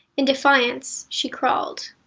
in defiance, she crawled.